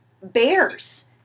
Bears